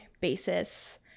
basis